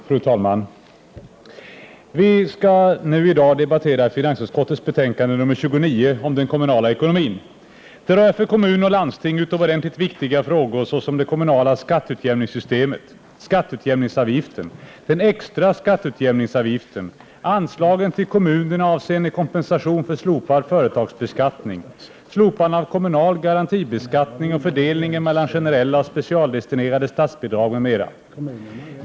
Herr talman! Vi skall nu i dag debattera finansutskottets betänkande nr 29 om den kommunala ekonomin. Det rör för kommun och landsting utomordentligt viktiga frågor såsom det kommunala skatteutjämningssystemet, skatteutjämningsavgiften, den extra skatteutjämningsavgiften, anslagen till kommunerna avseende kompensation för slopad kommunal företagsbeskattning, slopande av kommunal garantibeskattning och fördelningen mellan generella och specialdestinerade statsbidrag m.m.